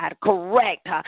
correct